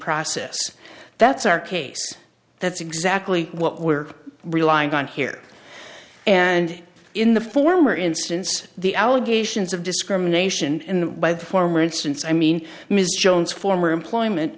process that's our case that's exactly what we're relying on here and in the former instance the allegations of discrimination in the by the former instance i mean ms jones former employment